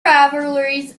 rivalries